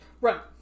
Right